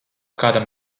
kādam